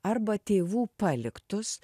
arba tėvų paliktus